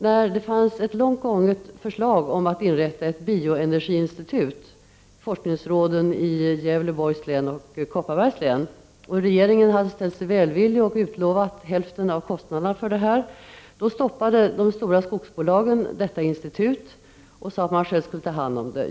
När det hos forskningsråden i Gävleborgs län och Kopparbergs län fanns ett långt gånget förslag om att inrätta ett bioenergiinstitut och regeringen hade ställt sig välvillig och utlovat bidrag till täckning av hälften av kostnaderna för det, stoppade de stora skogsbolagen detta institut och sade att man själv skulle ta hand om det.